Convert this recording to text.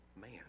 man